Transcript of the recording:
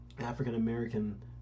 African-American